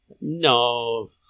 No